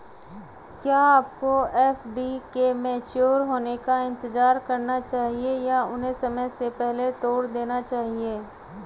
क्या आपको एफ.डी के मैच्योर होने का इंतज़ार करना चाहिए या उन्हें समय से पहले तोड़ देना चाहिए?